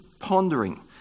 pondering